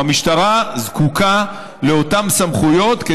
או המשטרה זקוקה לאותן סמכויות למשטרה